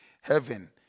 Heaven